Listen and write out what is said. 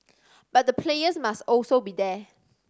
but the players must also be there